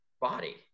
body